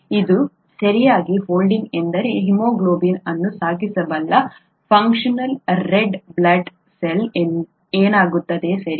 ಇದು ಸರಿಯಾಗಿ ಫೋಲ್ಡಿಂಗ್ ಎಂದರೆ ಹಿಮೋಗ್ಲೋಬಿನ್ ಅನ್ನು ಸಾಗಿಸಬಲ್ಲ ಫಂಕ್ಷನಲ್ ರೆಡ್ ಬ್ಲಡ್ ಸೆಲ್ ಏನಾಗುತ್ತದೆ ಸರಿ